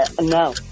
No